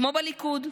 כמו בליכוד,